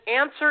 answer